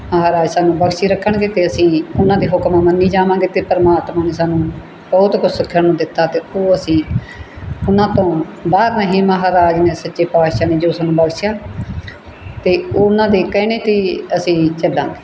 ਮਹਾਰਾਜ ਸਾਨੂੰ ਬਖਸ਼ੀ ਰੱਖਣਗੇ ਅਤੇ ਅਸੀਂ ਉਹਨਾਂ ਦੇ ਹੁਕਮ ਮੰਨੀ ਜਾਵਾਂਗੇ ਅਤੇ ਪਰਮਾਤਮਾ ਨੇ ਸਾਨੂੰ ਬਹੁਤ ਕੁਛ ਸਿੱਖਣ ਨੂੰ ਦਿੱਤਾ ਅਤੇ ਉਹ ਅਸੀਂ ਉਹਨਾਂ ਤੋਂ ਬਾਹਰ ਨਹੀਂ ਮਹਾਰਾਜ ਨੇ ਸੱਚੇ ਪਾਤਸ਼ਾਹ ਨੇ ਜੋ ਸਾਨੂੰ ਬਖਸ਼ਿਆ ਅਤੇ ਉਹਨਾਂ ਦੇ ਕਹਿਣੇ 'ਤੇ ਅਸੀਂ ਚੱਲਾਂਗੇ